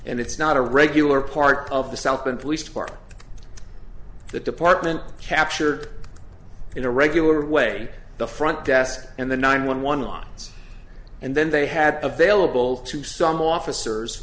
and it's not a regular part of the south and police department the department captured in a regular way the front desk and the nine one one lines and then they had available to some officers